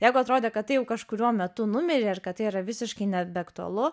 jeigu atrodė kad tai jau kažkuriuo metu numirė ir kad tai yra visiškai nebeaktualu